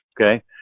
Okay